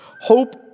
Hope